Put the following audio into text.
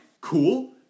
cool